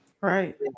Right